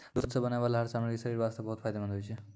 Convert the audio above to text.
दूध सॅ बनै वाला हर सामग्री शरीर वास्तॅ बहुत फायदेमंंद होय छै